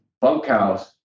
bunkhouse